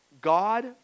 God